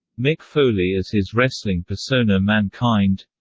mick foley as his wrestling persona mankind